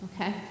okay